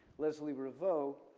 leslie revaux,